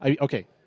okay